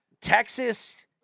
Texas